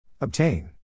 Obtain